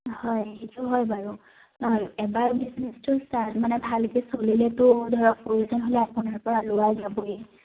হয় এইটো হয় বাৰু এবাৰ বিজনেছটো ষ্টাৰ্ট মানে ভালকে চলিলেতো ধৰক প্ৰয়োজন হ'লে আপোনাৰ পৰা লোৱা যাবই